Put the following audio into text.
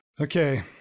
Okay